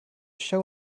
show